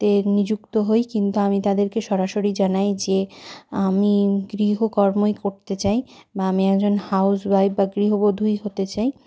তে নিযুক্ত হই কিন্তু আমি তাদেরকে সরাসরি জানাই যে আমি গৃহকর্মই করতে চাই বা আমি একজন হাউজওয়াইফ বা গৃহবধূই হতে চাই